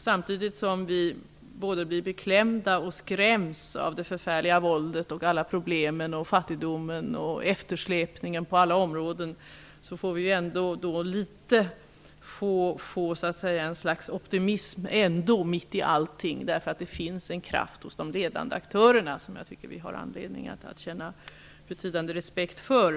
Samtidigt som vi både blir beklämda och skrämda av det förfärliga våldet, problemen, fattigdomen och eftersläpningen på alla områden får vi ändå ett slags optimism mitt i allting därför att det finns en kraft hos de ledande aktörerna som vi har att känna betydande respekt för.